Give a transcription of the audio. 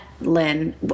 Lynn